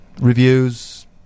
reviews